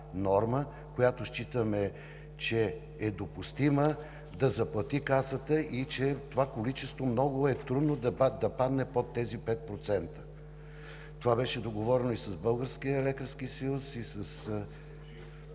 която считаме, че е допустима да заплати Касата и че това количество много е трудно да се качи над тези 5%. Това беше договорено и с Българския лекарски съюз.